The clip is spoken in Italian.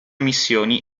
missioni